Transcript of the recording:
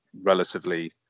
relatively